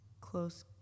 close